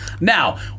Now